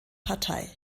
partei